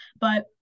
But-